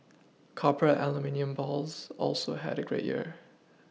copper and aluminium bulls also had a great year